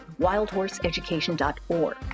wildhorseeducation.org